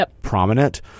prominent